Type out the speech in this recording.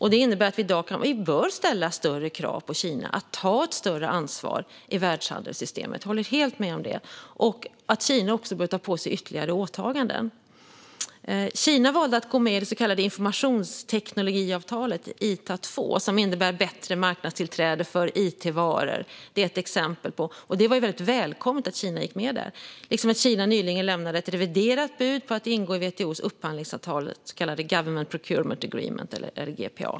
Detta innebär att vi bör ställa större krav på Kina att ta ett större ansvar i världshandelssystemet - jag håller helt med om det. Det innebär också att Kina bör ta på sig ytterligare åtaganden. Kina valde att gå med i det så kallade informationsteknologiavtalet, ITA 2, som innebär bättre marknadstillträde för it-varor. Det var väldigt välkommet att Kina gick med där, liksom det var välkommet att Kina nyligen lämnade ett reviderat bud på att ingå i WTO:s upphandlingsavtal, det så kallade Government Procurement Agreement eller GPA.